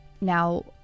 Now